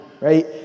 Right